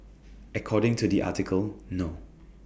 according to the article no